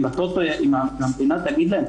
אם המדינה תגיד להם,